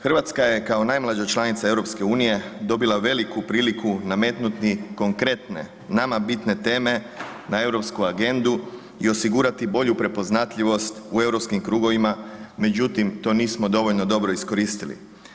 Hrvatska je kao najmlađa članica EU dobila veliku priliku nametnuti konkretne, nama bitne teme na europsku agendu i osigurati bolju prepoznatljivost u europskim krugovima, međutim to nismo dovoljno dobro iskoristili.